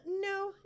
No